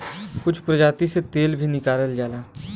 कुछ प्रजाति से तेल भी निकालल जाला